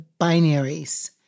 binaries